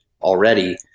already